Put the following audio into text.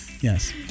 Yes